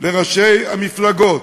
לראשי המפלגות,